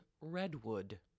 Redwood